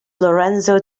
lorenzo